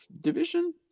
division